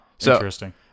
Interesting